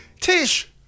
Tish